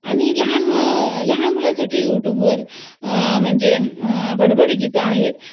आणि लहान लहान मुलासाठी यूटूबवर म्हणजे बडबड गीतं आहेत